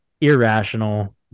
irrational